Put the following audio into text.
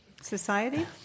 society